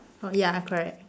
oh ya correct